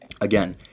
again